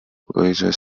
weiser